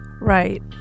right